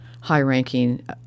high-ranking